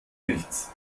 nichts